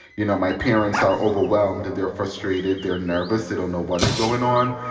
you know, my parents are overwhelmed. they're frustrated. they're nervous. they don't know what is going on.